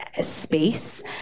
space